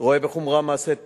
רואה בחומרה מעשי תקיפה,